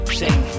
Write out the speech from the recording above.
sing